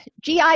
GI